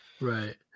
right